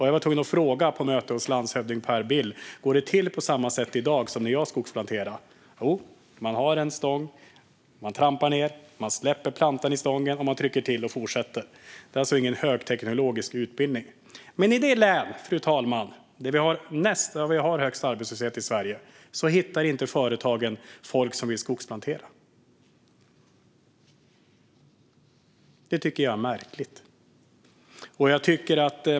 Jag var tvungen att fråga på ett möte hos landshövding Per Bill: Går det till på samma sätt i dag som när jag skogsplanterade? Jo, man har en stång, man trampar ned, man släpper plantan i stången och man trycker till och fortsätter. Det krävs alltså ingen högteknologisk utbildning. Men i det län, fru talman, där vi har högst arbetslöshet i Sverige hittar inte företagen folk som vill skogsplantera. Det tycker jag är märkligt.